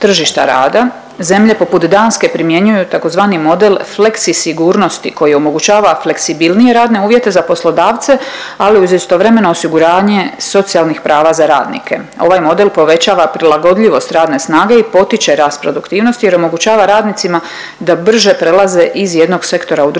tržišta rada. Zemlje poput Danske primjenjuju tzv. model fleksi sigurnosti koji omogućava fleksibilnije radne uvjete za poslodavce ali uz istovremeno osiguranje socijalnih prava za radnike. Ovaj model povećava prilagodljivost radne snage i potiče rast produktivnosti jer omogućava radnicima da brže prelaze iz jednog sektora u drugi,